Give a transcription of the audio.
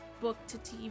book-to-TV